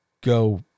go